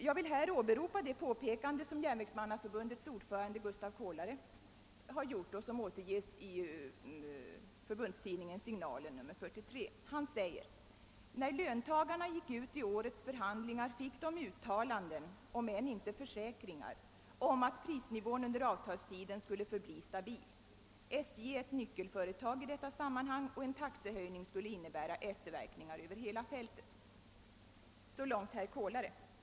Jag vill åberopa ett påpekande som gjorts av Järnvägsmannaförbundets ordförande Gustav Kolare och som återgivits i förbundstidningen Signalen, nr 43: »När löntagarna gick ut i årets förhandlingar fick de uttalanden — om än inte försäkringar — om att prisnivån under avtalstiden skulle förbli stabil ——— SJ är ett nyckelföretag i detta sammanhang och en taxehöjning skulle innebära efterverkningar över hela fältet.« Så långt Gustav Kolare.